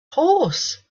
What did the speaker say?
horse